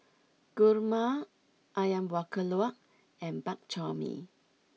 Kurma Ayam Buah Keluak and Bak Chor Mee